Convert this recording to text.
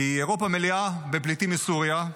כי אירופה מלאה בפליטים מסוריה,